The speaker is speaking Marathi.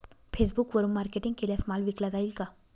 फेसबुकवरुन मार्केटिंग केल्यास माल विकला जाईल का?